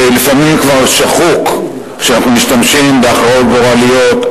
זה לפעמים כבר שחוק כשאנחנו משתמשים ב"הכרעות גורליות",